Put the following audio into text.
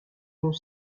mont